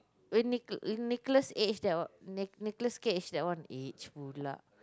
eh with Nicholas-Cage that one Nicholas-Cage that one age pula